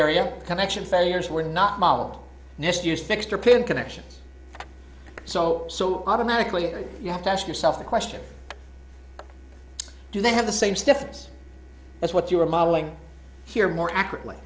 area connection failures were not modeled fixed or pin connections so so automatically you have to ask yourself the question do they have the same stiffness that's what you're modeling here more accurately